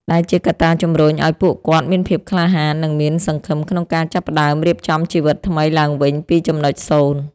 ដែលជាកត្តាជំរុញឱ្យពួកគាត់មានភាពក្លាហាន និងមានសង្ឃឹមក្នុងការចាប់ផ្ដើមរៀបចំជីវិតថ្មីឡើងវិញពីចំណុចសូន្យ។